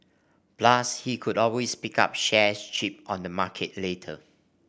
plus he could always pick up shares cheap on the market later